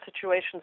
situations